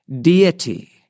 deity